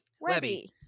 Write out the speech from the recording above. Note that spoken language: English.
Webby